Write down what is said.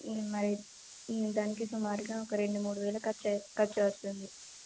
మరి దానికి సుమారుగా ఒక రెండు మూడు వేలు ఖర్చు అయి ఖర్చు వస్తుంది